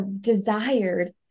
desired